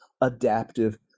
adaptive